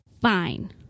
fine